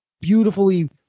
beautifully